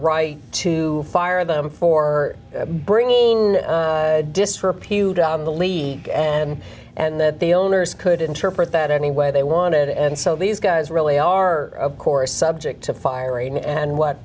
right to fire them for bringing disrepute on the league and and that the owners could interpret that any way they wanted and so these guys really are of course subject to firing and what